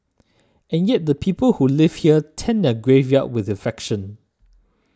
and yet the people who live here tend their graveyard with affection